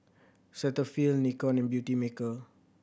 Cetaphil Nikon and Beautymaker